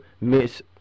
Miss